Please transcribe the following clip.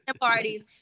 parties